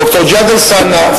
ד"ר ג'יהאד אלסאנע,